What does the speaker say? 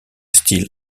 style